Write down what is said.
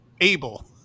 able